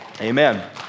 Amen